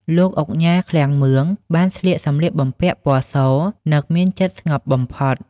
លោកឧកញ៉ា ឃ្លាំងមឿង បានស្លៀកសម្លៀកបំពាក់ពណ៌ស និងមានចិត្តស្ងប់បំផុត។